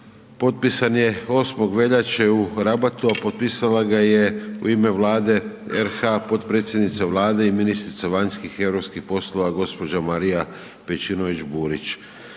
potpisan je 8. veljače u Rabatu a potpisala ga je u ime Vlade RH potpredsjednica Vlade i ministrica vanjskih i europskih poslova gospođa Marija Pejčinović Burić.